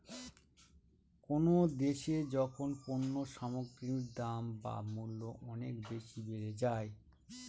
কোনো দেশে যখন পণ্য সামগ্রীর দাম বা মূল্য অনেক বেশি বেড়ে যায়